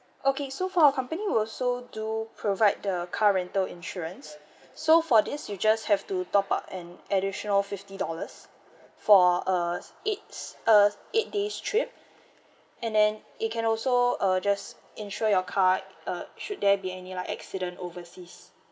okay so for our company will also do provide the car rental insurance so for this you just have to top up an additional fifty dollars for uh eights uh eight days trip and then it can also uh just insure your card uh should there be any like accident overseas